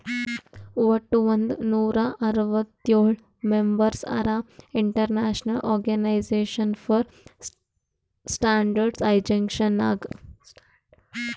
ವಟ್ ಒಂದ್ ನೂರಾ ಅರ್ವತ್ತೋಳ್ ಮೆಂಬರ್ಸ್ ಹರಾ international organisation for standardisation Nag